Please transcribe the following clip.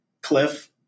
Cliff